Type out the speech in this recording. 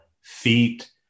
feet